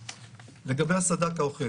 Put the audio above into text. לגבי הסד"כ האוכף,